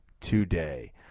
Today